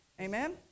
Amen